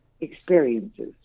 experiences